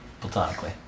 Platonically